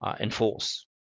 enforce